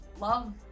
love